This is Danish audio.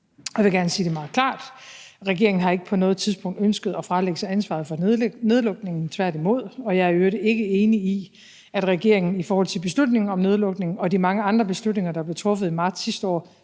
Jeg vil gerne sige det meget klart: Regeringen har ikke på noget tidspunkt ønsket at fralægge sig ansvaret for nedlukningen, tværtimod, og jeg er i øvrigt ikke enig i, at regeringen i forhold til beslutningen om nedlukning og de mange andre beslutninger, der blev truffet i marts sidste år,